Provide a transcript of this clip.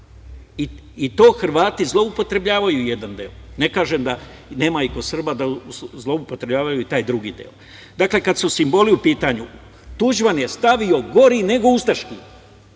To Hrvati zloupotrebljavaju u jednom delu. Ne kažem da nema i kod Srba da zloupotrebljavaju i taj drugi deo. Dakle, kada su simboli u pitanju, Tuđman je stavio gori nego ustaški.